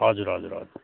हजुर हजुर हजुर